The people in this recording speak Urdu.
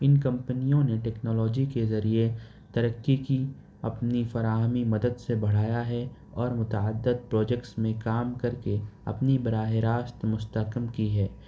ان کمپنیوں نے ٹیکنالوجی کے ذریعے ترقی کی اپنی فراہمی مدد سے بڑھایا ہے اور متعدد پروجیکٹس میں کام کر کے اپنی براہ راست مستحکم کی ہے